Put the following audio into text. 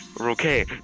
Okay